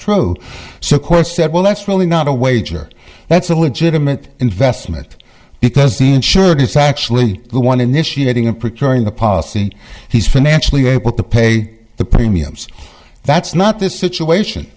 true so of course said well that's really not a wager that's a legitimate investment because the insured is actually the one initiating of preparing the policy he's financially able to pay the premiums that's not this situation